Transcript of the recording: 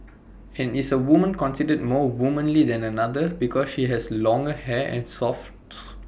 and is A woman considered more womanly than another because she has longer hair and softly